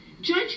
Judge